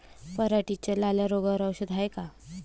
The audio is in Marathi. पराटीच्या लाल्या रोगावर औषध हाये का?